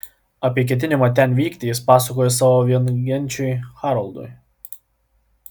apie ketinimą ten vykti jis papasakojo savo viengenčiui haraldui